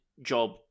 job